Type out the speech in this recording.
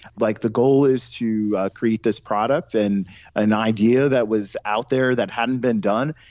like the goal is to create this product, and an idea that was out there that hadn't been done.